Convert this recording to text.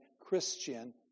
Christian